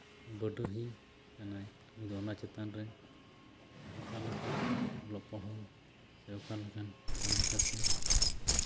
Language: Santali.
ᱵᱟᱰᱳᱦᱤ ᱠᱟᱱᱟᱭ ᱩᱱᱤ ᱫᱚ ᱚᱱᱟ ᱪᱮᱛᱟᱱ ᱨᱮ ᱚᱱᱠᱟ ᱞᱮᱠᱟ ᱚᱞᱚᱜ ᱯᱟᱲᱦᱟᱣ ᱥᱮ ᱚᱠᱟ ᱞᱮᱠᱟᱱ ᱠᱟᱹᱢᱤ ᱠᱟᱹᱥᱱᱤ